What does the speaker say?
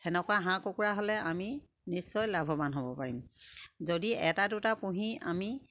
সেনেকুৱা হাঁহ কুকুৰা হ'লে আমি নিশ্চয় লাভৱান হ'ব পাৰিম যদি এটা দুটা পুহি আমি